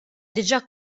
diġà